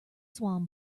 swan